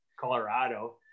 Colorado